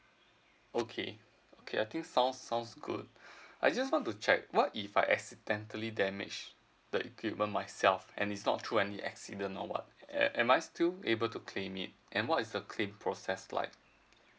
okay I think sounds sounds good I just want to check what if I accidentally damage the equipment myself and it's not through any accident or what am am I still able to claim it and what is the claim process like